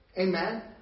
Amen